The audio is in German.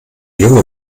junge